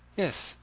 yes.